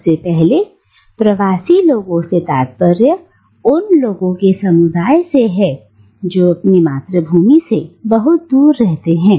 सबसे पहले प्रवासी लोग से तात्पर्य उन लोगों की समुदायों से है जो अपनी मातृभूमि से बहुत दूर रहते हैं